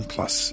Plus